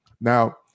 Now